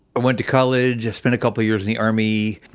i went to college. i spent a couple years in the army.